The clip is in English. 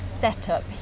setup